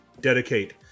dedicate